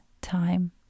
time